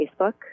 Facebook